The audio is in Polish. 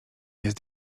jest